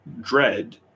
Dread